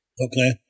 Okay